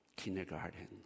Kindergarten